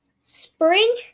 spring